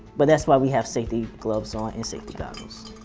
but that's why we have safety gloves on and safety goggles